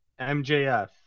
MJF